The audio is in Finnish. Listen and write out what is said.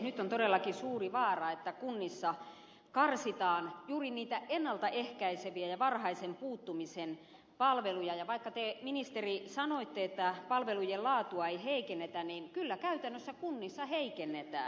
nyt on todellakin suuri vaara että kunnissa karsitaan juuri niitä ennalta ehkäiseviä ja varhaisen puuttumisen palveluja ja vaikka te ministeri sanoitte että palvelujen laatua ei heikennetä niin kyllä käytännössä kunnissa heikennetään